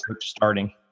starting